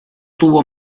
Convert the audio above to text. tuvo